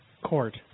court